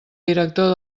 director